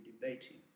debating